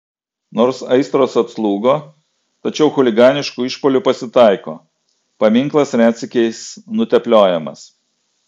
nors aistros atslūgo tačiau chuliganiškų išpuolių pasitaiko paminklas retsykiais nutepliojamas